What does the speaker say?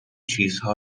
چیزها